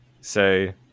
say